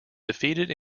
defeated